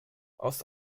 aus